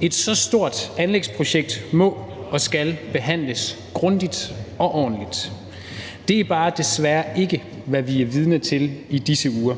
Et så stort anlægsprojekt må og skal behandles grundigt og ordentligt. Det er desværre bare ikke det, vi er vidne til i disse uger.